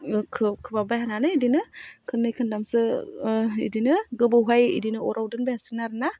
खोबहाब्बाय थानानै बिदिनो खननै खनथामसो बिदिनो गोबावहाय बिदिनो अराव दोनबाय थासिगोन आरो ना